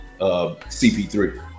CP3